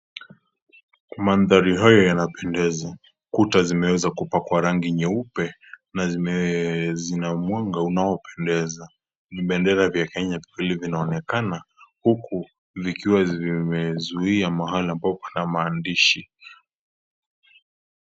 Mandhari haya yanapendeza. Kuta zimeweza kupakwa rangi nyeupe na zina mwanga unaopendeza. Vibendera vya kenya vikiwa vimeonekana huku vikiwa vimezuia mahali ambapo pana maandishi.